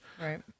Right